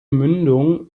mündung